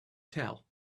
tell